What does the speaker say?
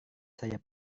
saya